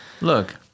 Look